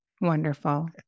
Wonderful